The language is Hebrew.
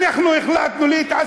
אנחנו החלטנו להתעסק באוכלוסייה שלנו.